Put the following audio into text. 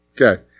Okay